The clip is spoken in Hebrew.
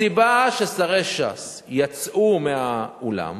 הסיבה ששרי ש"ס יצאו מהאולם